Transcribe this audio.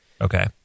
Okay